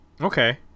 okay